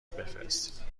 بفرستین